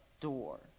door